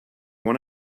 want